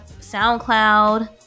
SoundCloud